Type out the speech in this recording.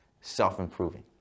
self-improving